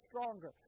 stronger